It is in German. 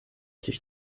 sich